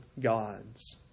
gods